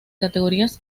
categorías